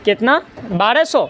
کتنا بارہ سو